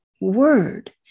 Word